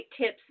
tips